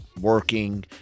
working